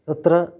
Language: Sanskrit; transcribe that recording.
अत्र